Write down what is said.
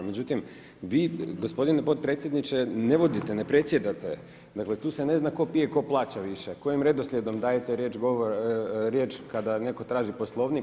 Međutim, vi gospodine potpredsjedniče ne vodite, ne predsjedate, dakle tu se ne zna tko pije a tko plaća više, kojim redoslijedom dajte riječ kada netko traži Poslovnik.